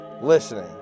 listening